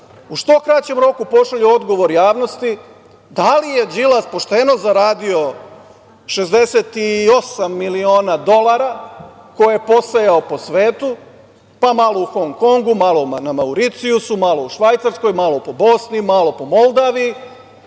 u što kraćem roku pošalju odgovor javnosti da li je Đilas pošteno zaradio 68 miliona dolara koje je posejao po svetu, malo u Hong Kongu, malo na Mauricijusu, malo u Švajcarskoj, malo po Bosni, malo po Moldaviji?